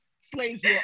slaves